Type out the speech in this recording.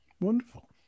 Wonderful